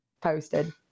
posted